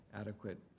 adequate